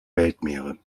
weltmeere